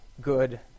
good